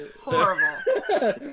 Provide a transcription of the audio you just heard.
horrible